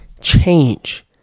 change